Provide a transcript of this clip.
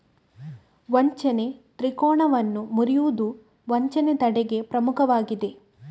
ವಂಚನೆ ತ್ರಿಕೋನವನ್ನು ಮುರಿಯುವುದು ವಂಚನೆ ತಡೆಗೆ ಪ್ರಮುಖವಾಗಿದೆ